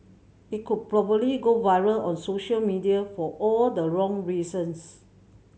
it could probably go viral on social media for all the wrong reasons